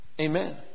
Amen